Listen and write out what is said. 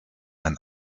ein